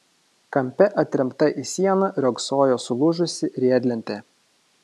kampe atremta į sieną riogsojo sulūžusi riedlentė